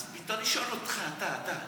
אז אני שואל אותך, אתה, אתה,